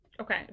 okay